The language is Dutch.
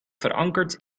verankerd